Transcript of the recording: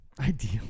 Ideal